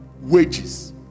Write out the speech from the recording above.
Wages